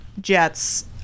jets